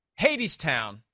hadestown